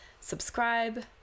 subscribe